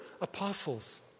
apostles